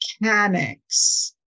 mechanics